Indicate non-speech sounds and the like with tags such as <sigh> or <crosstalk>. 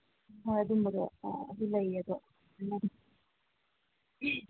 ꯍꯣꯏ ꯑꯗꯨꯝꯕꯗꯣ ꯑ ꯑꯗꯨ ꯂꯩꯌꯦꯕ ꯑꯗꯣ <unintelligible>